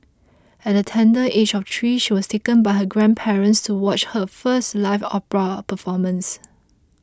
at the tender age of three she was taken by her grandparents to watch her first live opera performance